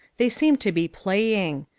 they seemed to be playing.